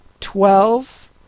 twelve